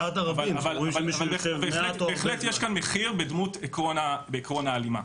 אבל בהחלט יש כאן מחיר בעיקרון ההלימה.